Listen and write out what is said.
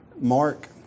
Mark